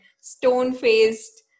stone-faced